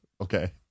okay